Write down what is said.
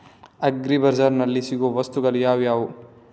Agri ಬಜಾರ್ನಲ್ಲಿ ಸಿಗುವ ವಸ್ತುಗಳು ಯಾವುವು?